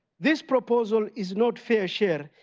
this proposal is not fair share.